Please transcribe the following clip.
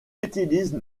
utilise